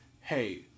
hey